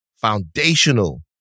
foundational